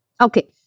Okay